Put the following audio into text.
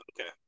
Okay